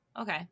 Okay